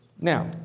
Now